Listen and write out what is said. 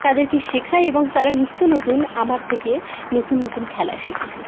তাদেরকে শেখাই এবং তারা নিত্য নতুন আমার থেকে নতুন নতুন খেলা শিখছে